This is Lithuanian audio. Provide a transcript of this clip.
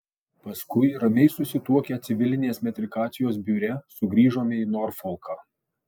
paskui ramiai susituokę civilinės metrikacijos biure sugrįžome į norfolką